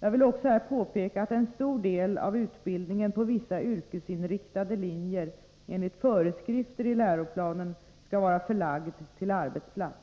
Jag vill också här påpeka att en stor del av utbildningen på vissa yrkesinriktade linjer enligt föreskrifter i läroplanen skall vara förlagd till arbetsplats.